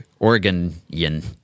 Oregonian